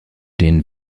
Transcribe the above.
den